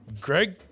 Greg